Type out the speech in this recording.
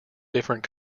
different